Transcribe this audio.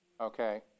okay